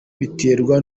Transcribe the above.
biterwa